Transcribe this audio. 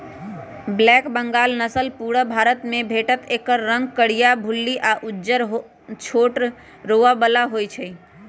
black Bengal नसल पुरुब भारतमे भेटत एकर रंग करीया, भुल्ली आ उज्जर छोट रोआ बला होइ छइ